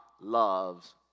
loves